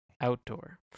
outdoor